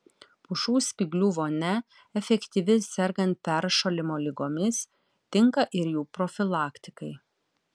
pušų spyglių vonia efektyvi sergant peršalimo ligomis tinka ir jų profilaktikai